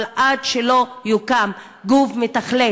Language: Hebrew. אבל עד שלא יוקם גוף מתכלל,